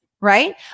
right